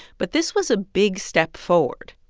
but this was a big step forward.